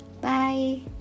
Bye